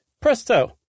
Presto